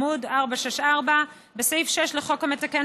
עמ' 464. בסעיף 6 לחוק המתקן,